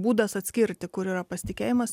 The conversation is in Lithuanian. būdas atskirti kur yra pasitikėjimas